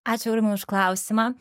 ačiū aurimai už klausimą